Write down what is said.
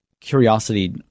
curiosity